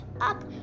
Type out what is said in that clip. up